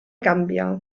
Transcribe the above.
gambia